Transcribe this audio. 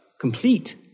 complete